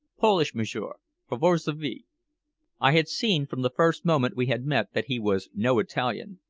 polish, m'sieur from varsovie. i had seen from the first moment we had met that he was no italian.